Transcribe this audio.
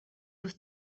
was